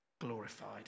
glorified